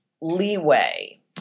leeway